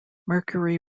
mercury